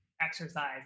exercise